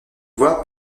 voie